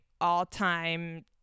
all-time